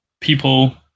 people